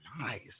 Nice